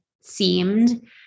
seemed